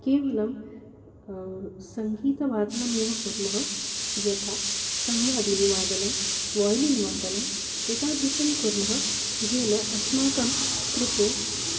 केवलं सङ्गीतवादनमेव कुर्मः यथा संवादिनीवादनं वाय्लिन् वादनम् एतादृशं कुर्मः येन अस्माकं कृते